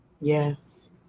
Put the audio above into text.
yes